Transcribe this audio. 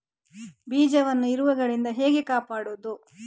ಬೀಜವನ್ನು ಇರುವೆಗಳಿಂದ ಹೇಗೆ ಕಾಪಾಡುವುದು?